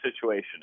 situation